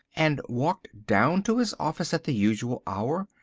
and walked down to his office at the usual hour.